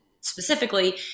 specifically